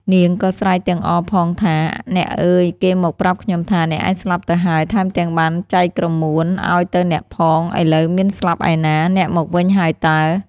នាងក៏ស្រែកទាំងអរផងថា "អ្នកអើយ! គេមកប្រាប់ខ្ញុំថា អ្នកឯងស្លាប់ទៅហើយ ថែមទាំងបានចែកក្រមួនឲ្យទៅអ្នកផង ឥឡូវមានស្លាប់ឯណា! អ្នកមកវិញហើយតើ!" ។